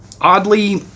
Oddly